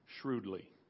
shrewdly